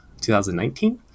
2019